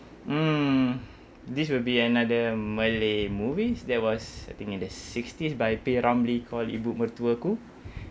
um this will be another malay movies that was I think in the sixties by P ramlee called ibu mertuaku